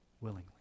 willingly